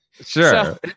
Sure